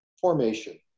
formation